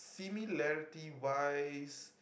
similarity wise